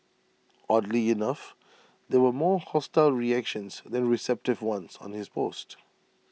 oddly enough there were more hostile reactions than receptive ones on his post